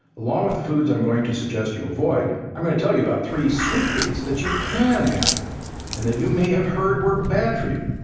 along with the foods i'm going to suggest you avoid i'm going to tell you about three sweet treats that you can have and that you may have heard were bad for you.